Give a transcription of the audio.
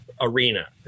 arena